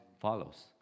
follows